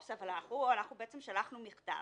הם בעצם שלחו מכתב.